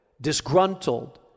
disgruntled